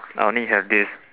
I only have this